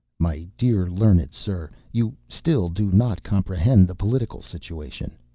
my dear learned sir, you still do not comprehend the political situation.